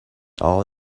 all